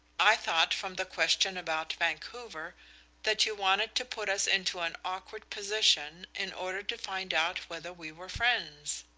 i thought from the question about vancouver that you wanted to put us into an awkward position in order to find out whether we were friends.